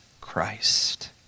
Christ